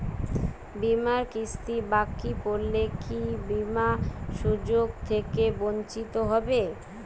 বিমার কিস্তি বাকি পড়লে কি বিমার সুযোগ থেকে বঞ্চিত হবো?